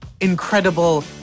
incredible